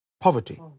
poverty